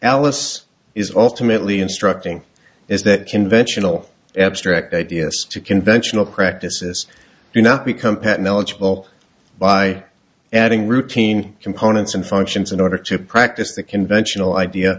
alice is ultimately instructing is that conventional abstract ideas to conventional practices do not become patent eligible by adding routine components and functions in order to practice the conventional idea